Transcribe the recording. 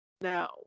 No